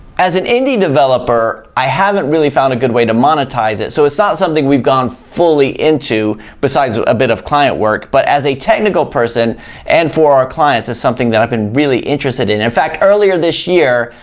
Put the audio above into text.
as an indie developer, i haven't really found a good way to monetize it, so it's not something we've gone fully into besides a bit of client work. but as a technical person and for our clients, it's something that i've been really interested in. in fact, earlier this year,